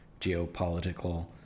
geopolitical